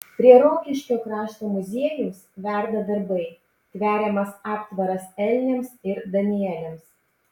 prie rokiškio krašto muziejaus verda darbai tveriamas aptvaras elniams ir danieliams